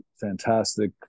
fantastic